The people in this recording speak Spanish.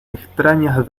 extrañas